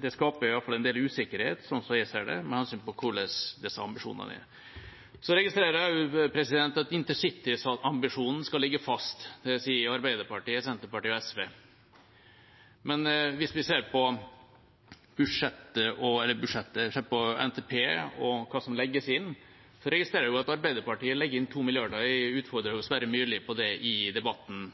Det skaper iallfall en del usikkerhet, som jeg ser det, med hensyn til hvordan disse ambisjonene er. Jeg registrerer også at intercityambisjonen skal ligge fast. Det sier Arbeiderpartiet, Senterpartiet og SV. Hvis vi ser på NTP og hva som legges inn, registrerer jeg at Arbeiderpartiet legger inn 2 mrd. kr. Jeg utfordret Sverre Myrli på det i debatten